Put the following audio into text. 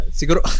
siguro